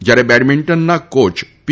જ્યારે બેડમિન્ટનના કોચ પી